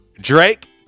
Drake